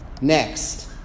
next